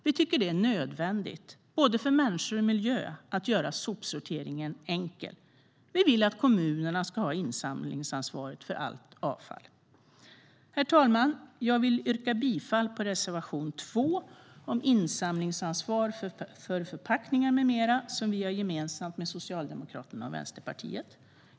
Vi tycker att det är nödvändigt för både människor och miljö att göra sopsorteringen enkel. Vi vill att kommunerna ska ha insamlingsansvaret för allt avfall. Herr talman! Jag vill yrka bifall till reservation 2 om insamlingsansvar för förpackningar med mera, som vi har gemensamt med Socialdemokraterna och Vänsterpartiet.